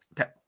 Okay